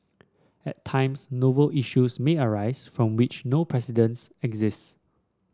at times novel issues may arise from which no precedents exist